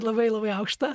labai labai aukštą